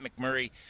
McMurray